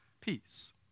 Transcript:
peace